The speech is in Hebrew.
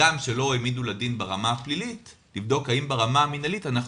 גם אם לא העמידו לדין ברמה הפלילית לבדוק האם ברמה המנהלית אנחנו